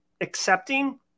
accepting